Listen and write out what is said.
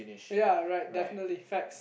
ya right definitely facts